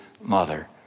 mother